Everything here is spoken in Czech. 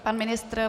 Pan ministr.